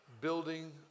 building